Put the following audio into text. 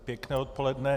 Pěkné odpoledne.